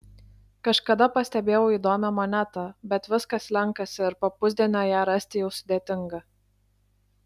kažkada pastebėjau įdomią monetą bet viskas slenkasi ir po pusdienio ją rasti jau sudėtinga